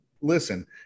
listen